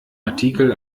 artikel